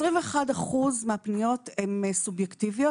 21% מהפניות הן סובייקטיביות,